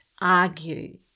argue